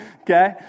okay